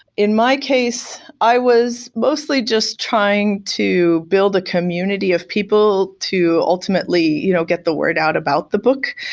in my case, i was mostly just trying to build a community of people to ultimately you know get the word out about the book,